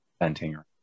venting